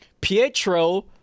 Pietro